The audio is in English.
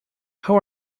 how